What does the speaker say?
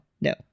no